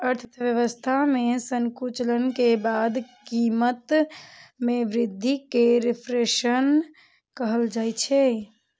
अर्थव्यवस्था मे संकुचन के बाद कीमत मे वृद्धि कें रिफ्लेशन कहल जाइ छै